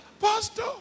Pastor